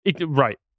right